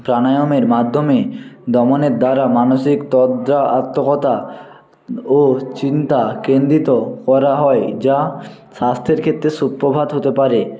প্রাণায়ামের মাধ্যমে দমনের দ্বারা মানসিক তন্দ্রা ও চিন্তা কেন্দ্রিত করা হয় যা স্বাস্থ্যের ক্ষেত্রে সুপ্রভাত হতে পারে